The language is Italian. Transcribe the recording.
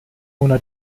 una